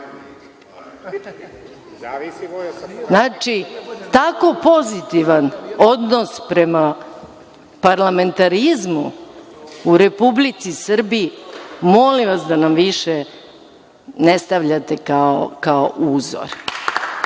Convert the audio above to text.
tako pozitivan odnos prema parlamentarizmu u Republici Srbiji molim vas da više ne stavljate kao uzor.